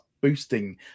boosting